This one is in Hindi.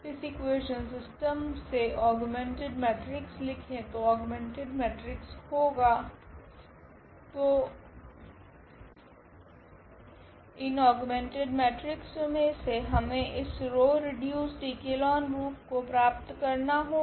इस इकुवेशन सिस्टम से औग्मेंटेड मेट्रिक्स लिखे तो औग्मेंटेड मेट्रिक्स होगा तो इन औग्मेंटेड मेट्रिक्स मे से हमे इस रॉ रिड्यूसड इक्लोन रूप को प्राप्त करना होगा